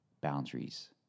boundaries